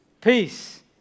Peace